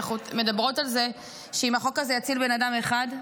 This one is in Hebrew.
אנחנו מדברות על זה שאם החוק הזה יציל בן אדם אחד,